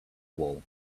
wall